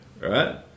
right